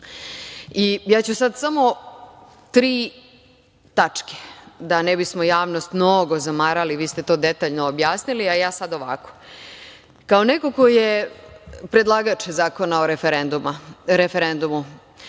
i ja ću sad samo tri tačke da ne bismo javnost mnogo zamarali, vi ste to detaljno objasnili, a ja sad ovako. Kao neko ko je predlagač Zakona o referendumu,